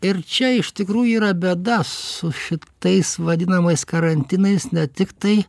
ir čia iš tikrųjų yra beda su šitais vadinamais karantinais ne tiktai